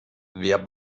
wer